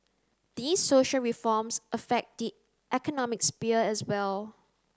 these social reforms affect the economic sphere as well